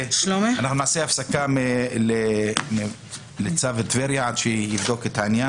נעשה הפסקה מטבריה עד שהוא יבדוק את העניין